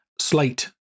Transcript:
slate